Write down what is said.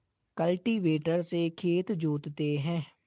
cultivator से खेत जोतते हैं